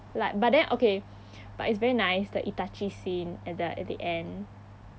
like but then okay but it's very nice the itachi scene at the at the end